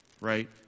right